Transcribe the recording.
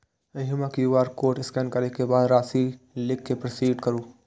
एहिना QR code scan करै के बाद राशि लिख कें प्रोसीड करू